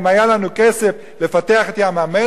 אם היה לנו כסף לפתח את ים-המלח,